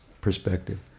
perspective